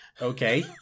Okay